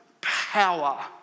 power